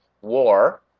war